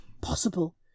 possible